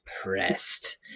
pressed